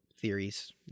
Theories